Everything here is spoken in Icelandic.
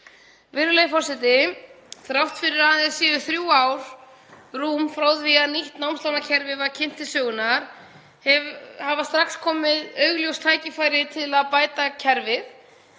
Virðulegi forseti. Þrátt fyrir að aðeins séu rúm þrjú ár frá því að nýtt námslánakerfi var kynnt til sögunnar hafa strax komið í ljós augljós tækifæri til að bæta kerfið.